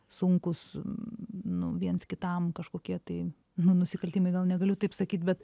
sunkūs nu viens kitam kažkokie tai nu nusikaltimai gal negaliu taip sakyt bet